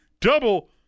double